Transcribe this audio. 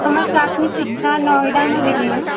हमर प्राथमिक शिक्षा नॉएडामे भेलै हँ